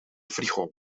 frigo